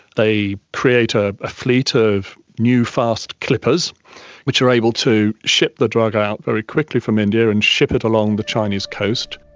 they create a fleet of new fast clippers which are able to ship the drug out very quickly from india and ship it along the chinese coast.